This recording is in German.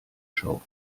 schau